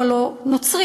הוא הלוא נוצרי,